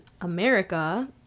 America